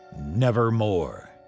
Nevermore